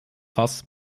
fass